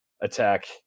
attack